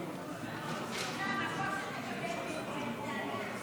אושרה ותוסר מסדר-היום.